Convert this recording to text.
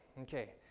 Okay